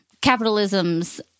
capitalism's